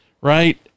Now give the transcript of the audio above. right